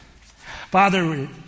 Father